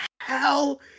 hell